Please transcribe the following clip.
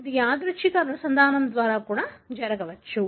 ఇది యాదృచ్ఛిక అనుసంధానం ద్వారా కూడా జరగవచ్చు